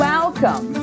Welcome